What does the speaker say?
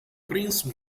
prince